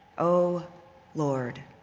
oh lord,